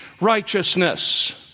righteousness